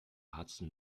hudson